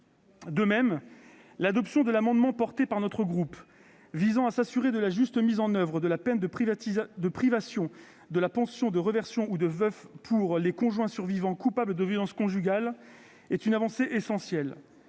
De même, l'adoption de l'amendement, porté par notre groupe, visant à s'assurer de la juste mise en oeuvre de la peine de privation de la pension de réversion ou de veuf pour les conjoints survivants coupables de violences conjugales, est une avancée essentielle.